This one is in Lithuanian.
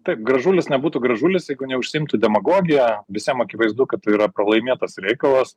taip gražulis nebūtų gražulis jeigu neužsiimtų demagogija visiems akivaizdu kad tai yra pralaimėtas reikalas